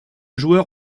joueur